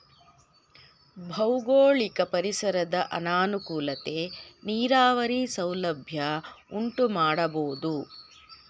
ಭೌಗೋಳಿಕ ಪರಿಸರದ ಅನಾನುಕೂಲತೆ ನೀರಾವರಿ ಸೌಲಭ್ಯ ಉಂಟುಮಾಡಬೋದು